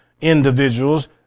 individuals